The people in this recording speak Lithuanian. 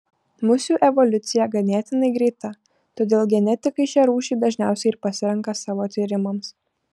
musių evoliucija ganėtinai greita todėl genetikai šią rūšį dažniausiai ir pasirenka savo tyrimams